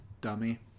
dummy